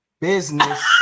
business